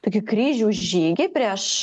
tokį kryžiaus žygį prieš